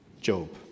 Job